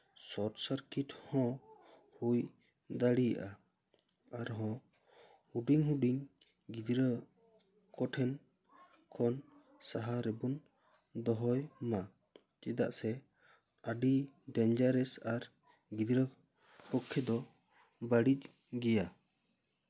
short circuit ᱦᱚᱸ ᱦᱩᱭ ᱫᱟᱲᱮᱭᱟᱜᱼᱟ ᱟᱨᱦᱚᱸ ᱦᱩᱰᱤᱧ ᱦᱩᱰᱤᱧ ᱜᱤᱫᱽᱨᱟᱹ ᱠᱚᱴᱷᱮᱱ ᱠᱷᱚᱱ ᱥᱟᱦᱟ ᱨᱮᱵᱚᱱ ᱫᱚᱦᱚᱭ ᱢᱟ ᱪᱮᱫᱟᱜ ᱥᱮ ᱟᱹᱰᱤ ᱰᱮᱱᱡᱟᱨᱮᱥ ᱟᱨ ᱜᱤᱫᱽᱨᱟᱹ ᱯᱚᱠᱠᱷᱮ ᱫᱚ ᱵᱟᱹᱲᱤᱡ ᱜᱮᱭᱟ